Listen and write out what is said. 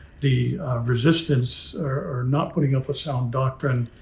the resistance are not putting up a sound doctrine,